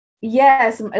yes